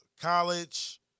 College